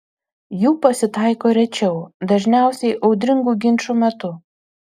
jų pasitaiko rečiau dažniausiai audringų ginčų metu